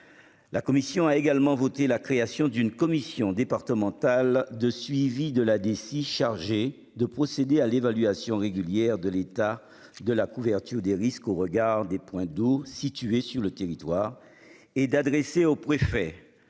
La commission a également voté la création d'une commission départementale de suivi de la DSI chargé de procéder à l'évaluation régulière de l'état de la couverture des risques au regard des points d'eau situé sur le territoire et d'adresser aux préfets